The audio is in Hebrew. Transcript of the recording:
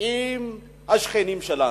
עם השכנים שלנו?